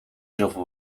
zoveel